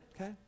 okay